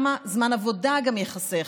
וגם זמן עבודה ייחסך.